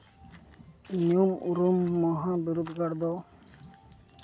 ᱧᱩᱢ ᱩᱨᱩᱢ ᱢᱟᱦᱟ ᱵᱤᱨᱫᱟᱹᱜᱟᱲ ᱫᱚ